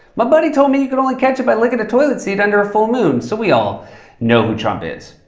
my buddy told me you could only catch it by licking a toilet seat under a full moon. so we all know who trump is.